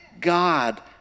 God